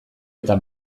eta